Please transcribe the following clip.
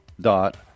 dot